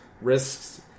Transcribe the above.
risks